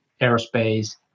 aerospace